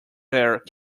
their